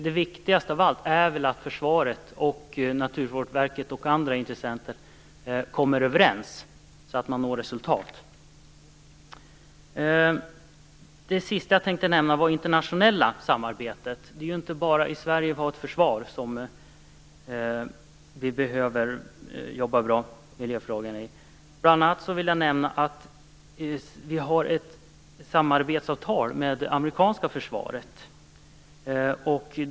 Det viktigaste av allt är att Försvaret, Naturvårdsverket och andra intressenter kommer överens, så att man når resultat. Det sista jag tänkte nämna är det internationella samarbetet. Det är ju inte bara i Sverige som vi har ett försvar, och det är inte bara här som vi behöver jobba bra med miljöfrågorna. Jag vill bl.a. nämna att vi har ett samarbetsavtal med det amerikanska försvaret.